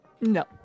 No